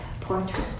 Portrait